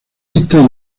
arista